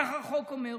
כך החוק אומר: